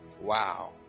wow